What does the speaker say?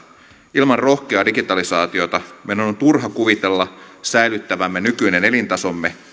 ilman rohkeaa digitalisaatiota meidän on turha kuvitella säilyttävämme nykyinen elintasomme